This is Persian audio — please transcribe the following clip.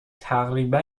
تقریبا